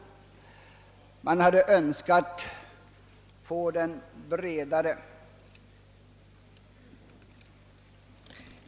Man hade önskat få den bredare, sades det.